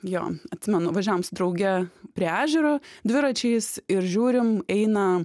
jo atsimenu važiavom drauge prie ežero dviračiais ir žiūrim eina